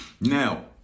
Now